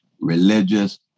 religious